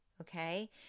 Okay